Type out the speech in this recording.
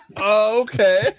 okay